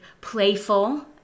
playful